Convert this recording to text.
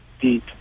deep